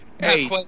Hey